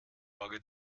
auge